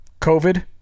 COVID